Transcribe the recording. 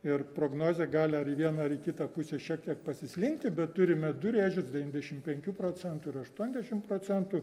ir prognozė gali ar į vieną ar į kitą pusę šiek tiek pasislinkti bet turime du rėžius devyniasdešim penkių procentų ir aštuoniasdešim procentų